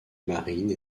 marine